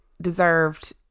deserved